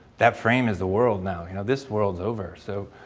that frame is the world now. you know this world is over. so,